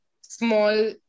small